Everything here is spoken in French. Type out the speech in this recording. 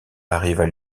arrivent